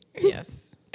Yes